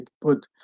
put